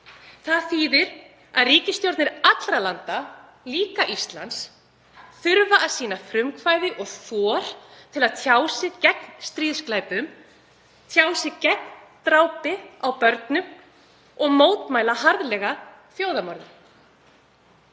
Það þýðir að ríkisstjórnir allra landa, líka Íslands, þurfa að sýna frumkvæði og hafa þor til að tjá sig gegn stríðsglæpum, tjá sig gegn drápi á börnum og mótmæla harðlega þjóðarmorðum.